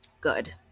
good